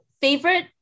Favorite